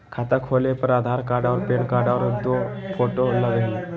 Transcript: खाता खोले में आधार कार्ड और पेन कार्ड और दो फोटो लगहई?